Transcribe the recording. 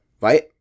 Right